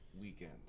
weekend